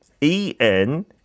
E-N